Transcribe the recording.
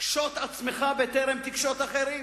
קשוט עצמך בטרם תקשוט אחרים.